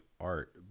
art